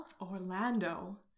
Orlando